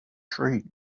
shriek